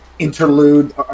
Interlude